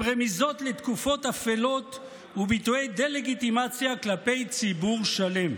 עם רמיזות לתקופות אפלות וביטויי דה-לגיטימציה כלפי ציבור שלם.